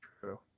True